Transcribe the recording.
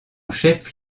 chef